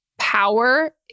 power